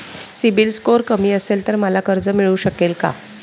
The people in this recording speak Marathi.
सिबिल स्कोअर कमी असेल तर मला कर्ज मिळू शकेल का?